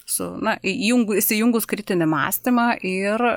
su na į įjung įsijungus kritinį mąstymą ir